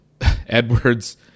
Edwards